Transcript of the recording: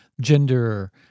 gender